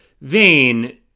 vain